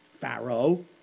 Pharaoh